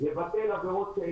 לבטל עבירות.